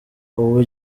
ubu